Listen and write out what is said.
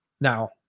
Now